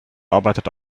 arbeitet